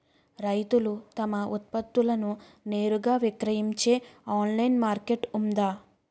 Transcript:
రైతులు తమ ఉత్పత్తులను నేరుగా విక్రయించే ఆన్లైన్ మార్కెట్ ఉందా?